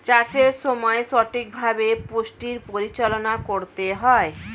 চাষের সময় সঠিকভাবে পুষ্টির পরিচালনা করতে হয়